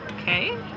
okay